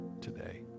today